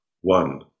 One